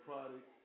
Product